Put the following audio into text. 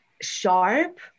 sharp